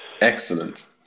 Excellent